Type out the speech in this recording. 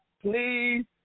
please